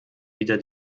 wieder